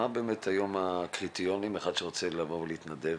מה באמת הקריטריונים לאחד שרוצה לבוא ולהתנדב?